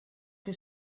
que